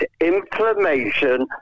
inflammation